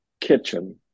Kitchen